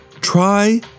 try